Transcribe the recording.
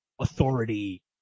authority